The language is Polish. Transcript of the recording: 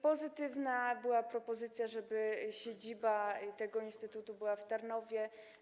Pozytywna była propozycja, żeby siedziba tego instytutu była w Tarnowie.